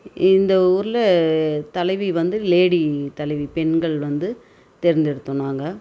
இந்த ஊரில் தலைவி வந்து லேடி தலைவி பெண்கள் வந்து தேர்ந்தெடுத்தோம் நாங்கள்